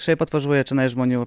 šiaip atvažiuoja čionai žmonių